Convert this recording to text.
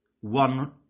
one